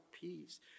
peace